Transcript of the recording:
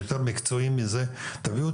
בוקר טוב לכולם,